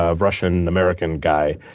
ah russian american guy.